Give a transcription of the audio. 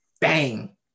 Bang